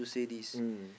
mm